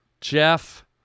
Jeff